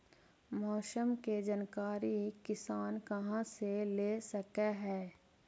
मौसम के जानकारी किसान कहा से ले सकै है?